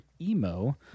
emo